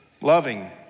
loving